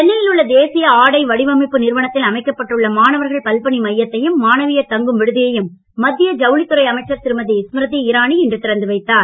சென்னையில் உள்ள தேசிய ஆடை வடிவமைப்பு நிறுவனத்தில் அமைக்கப்பட்டுள்ள மாணவர்கள் பல்பணி மையத்தையும் மாணவியர் தங்கும் விடுதியையும் மத்திய ஜவுளித் துறை அமைச்சர் திருமதி ஸ்மிருதி இரானி இன்று திறந்து வைத்தார்